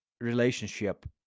relationship